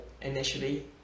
Initially